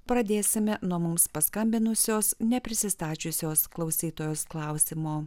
pradėsime nuo mums paskambinusios neprisistačiusios klausytojos klausimo